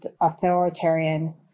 authoritarian